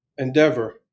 Endeavor